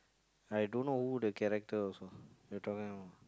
I don't know who the character also you're talking about